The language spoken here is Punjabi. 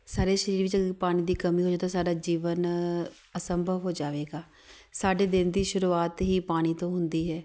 ਸਾਡੇ ਸਰੀਰ ਵਿੱਚ ਪਾਣੀ ਦੀ ਕਮੀ ਹੋਜੇ ਤਾਂ ਸਾਡਾ ਜੀਵਨ ਅਸੰਭਵ ਹੋ ਜਾਵੇਗਾ ਸਾਡੇ ਦਿਨ ਦੀ ਸ਼ੁਰੂਆਤ ਹੀ ਪਾਣੀ ਤੋਂ ਹੁੰਦੀ ਹੈ